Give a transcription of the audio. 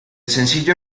sencillo